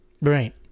right